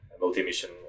multi-mission